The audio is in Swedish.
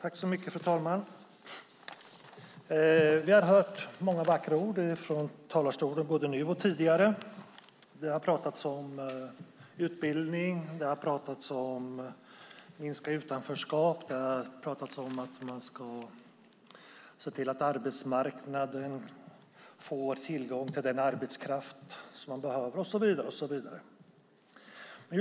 Fru talman! Vi har hört många vackra ord från talarstolen både nu och tidigare. Det har pratats om utbildning, om att minska utanförskap, om att man ska se till att arbetsmarknaden får tillgång till den arbetskraft man behöver och så vidare.